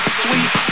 sweet